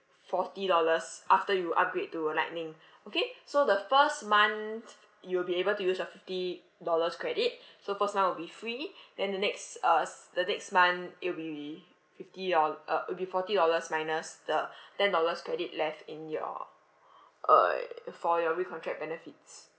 forty dollars after you upgrade to uh lightning okay so the first month you will be able to use your fifty dollars credit so first month will be free then the next uh s~ the next month it'll be fifty doll~ uh will be forty dollars minus the ten dollars credit left in your uh for your recontract benefits